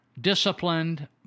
disciplined